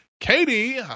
Katie